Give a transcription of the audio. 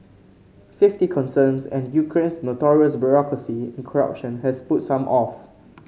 safety concerns and Ukraine's notorious bureaucracy and corruption has put some off